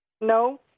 No